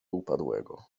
upadłego